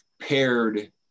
paired